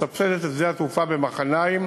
מסבסדת את שדה-התעופה במחניים